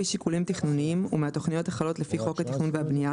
שיקולים תכנוניים ומהתוכניות החלות לפי חוק התכנון והבנייה